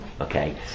okay